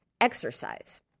exercise